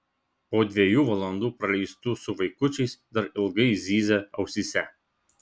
po dviejų valandų praleistų su vaikučiais dar ilgai zyzė ausyse